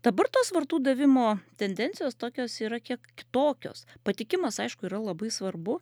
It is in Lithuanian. dabar tos vardų davimo tendencijos tokios yra kiek kitokios patikimas aišku yra labai svarbu